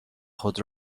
خود